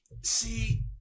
See